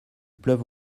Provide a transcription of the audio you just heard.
pleuve